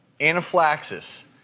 anaphylaxis